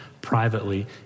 privately